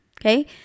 Okay